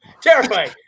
terrifying